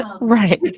Right